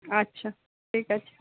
আচ্ছা ঠিক আছে